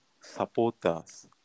supporters